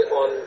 on